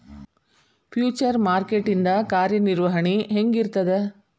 Future market ಇಂದ್ ಕಾರ್ಯನಿರ್ವಹಣಿ ಹೆಂಗಿರ್ತದ?